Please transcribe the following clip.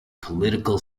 political